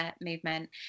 movement